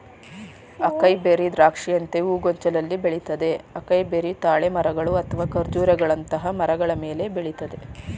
acai berry ದ್ರಾಕ್ಷಿಯಂತೆ ಹೂಗೊಂಚಲಲ್ಲಿ ಬೆಳಿತದೆ ಅಕೈಬೆರಿ ತಾಳೆ ಮರಗಳು ಅಥವಾ ಖರ್ಜೂರಗಳಂತಹ ಮರಗಳ ಮೇಲೆ ಬೆಳಿತದೆ